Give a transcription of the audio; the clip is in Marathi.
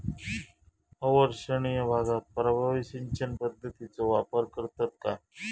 अवर्षणिय भागात प्रभावी सिंचन पद्धतीचो वापर करतत काय?